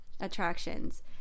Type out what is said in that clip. attractions